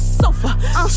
sofa